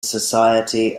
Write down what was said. society